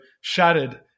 shattered